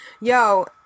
yo